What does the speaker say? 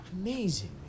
Amazing